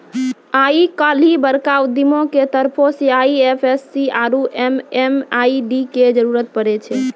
आइ काल्हि बड़का उद्यमियो के तरफो से आई.एफ.एस.सी आरु एम.एम.आई.डी के जरुरत पड़ै छै